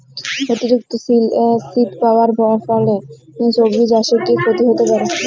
অতিরিক্ত শীত পরার ফলে সবজি চাষে কি ক্ষতি হতে পারে?